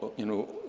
you know,